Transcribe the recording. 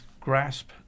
grasp